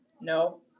No